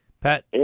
pat